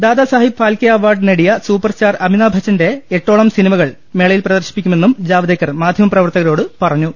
Dadasaheb Phalke award നേടിയ superstar Amitabh ബച്ചന്റെ എട്ടോളം സിനിമകൾ മേളയിൽ പ്രദർശിപ്പി ക്കുമെന്നും ജാവ്ദേക്കർ മാധ്യമപ്രവർത്തകരോട് പറഞ്ഞു